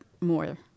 more